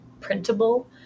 printable